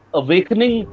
awakening